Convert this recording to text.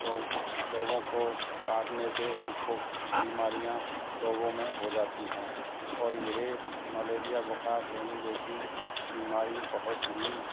लोग लोगों को काटने से इनको बीमारियाँ लोगों में हो जाती हैं और यह मलेरिया बुखार डेंगू जैसी बीमारी बहुत ही